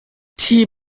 die